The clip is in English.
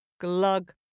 glug